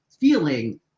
feeling